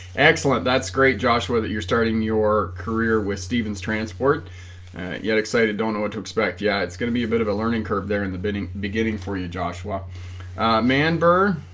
excellent that's great josh whether you're starting your career with stevens transport yet excited don't know what to expect yeah it's gonna be a bit of a learning curve there in the beginning beginning for you joshua man burr